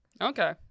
Okay